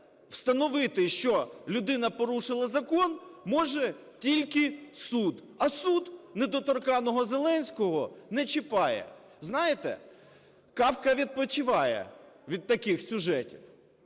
встановити, що людина порушила закон, може тільки суд, а суд недоторканного Зеленського не чіпає. Знаєте, Кафка відпочиває від таких сюжетів.